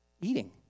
eating